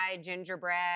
gingerbread